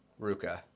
Ruka